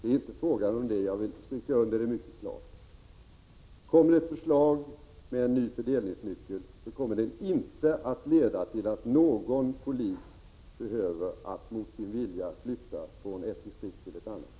Det är inte fråga om detta — det vill jag mycket klart stryka under. Kommer det ett förslag med en ny fördelningsnyckel, så leder det inte till att någon polis mot sin vilja behöver flytta från ett distrikt till ett annat.